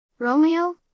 Romeo